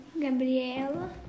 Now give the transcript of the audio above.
Gabriela